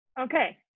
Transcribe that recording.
Okay